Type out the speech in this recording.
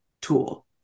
tool